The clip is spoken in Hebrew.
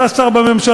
אתה שר בממשלה.